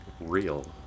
real